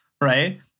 right